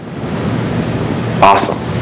awesome